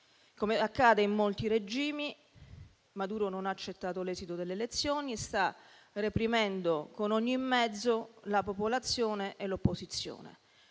Come accade in molti regimi, Maduro non ha accettato l'esito delle elezioni e sta reprimendo con ogni mezzo la popolazione e l'opposizione.